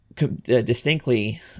Distinctly